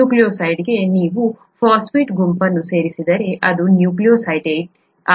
ನ್ಯೂಕ್ಲಿಯೊಸೈಡ್ಗೆ ನೀವು ಫಾಸ್ಫೇಟ್ ಗುಂಪನ್ನು ಸೇರಿಸಿದರೆ ಅದು ನ್ಯೂಕ್ಲಿಯೊಟೈಡ್ ಆಗುತ್ತದೆ ಸರಿ